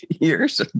years